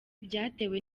byatewe